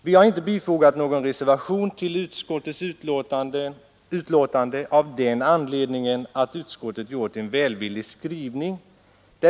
Vi har inte fogat någon reservation till utskottets betänkande av den anledningen att utskottet gjort en välvillig skrivning.